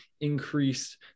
increased